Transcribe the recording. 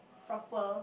proper